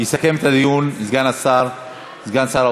יסכם את הדיון סגן שר האוצר.